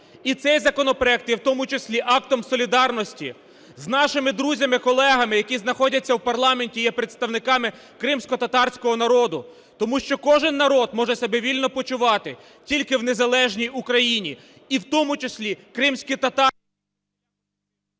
І цей законопроект є в тому числі актом солідарності з нашими друзями колегами, які знаходяться в парламенті і є представниками кримськотатарського народу. Тому що кожен народ може себе вільно почувати тільки в незалежній Україні і в тому числі кримські…